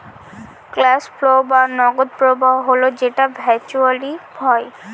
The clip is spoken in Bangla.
ক্যাস ফ্লো বা নগদ প্রবাহ হল যেটা ভার্চুয়ালি হয়